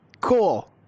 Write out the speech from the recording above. cool